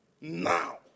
now